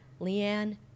Leanne